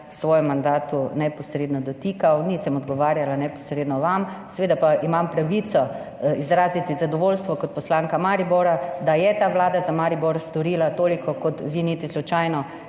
v svojem mandatu, neposredno dotikal, nisem odgovarjala neposredno vam, seveda pa imam pravico izraziti zadovoljstvo kot poslanka Maribora, da je ta vlada za Maribor storila toliko, kot vi niti slučajno